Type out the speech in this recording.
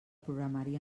programari